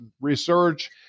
research